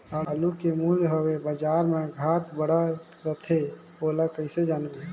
आलू के मूल्य हवे बजार मा घाट बढ़ा रथे ओला कइसे जानबो?